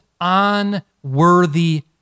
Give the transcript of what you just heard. unworthy